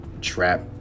trap